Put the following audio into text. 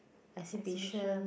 exhibition